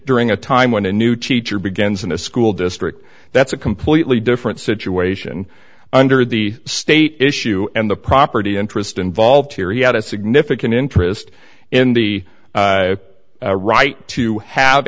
during a time when a new teacher begins in a school district that's a completely different situation under the state issue and the property interest involved here he had a significant interest in the right to have